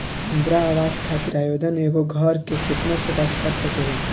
इंदिरा आवास खातिर आवेदन एगो घर के केतना सदस्य कर सकेला?